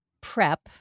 prep